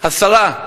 השרה,